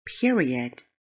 Period